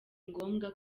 ngombwa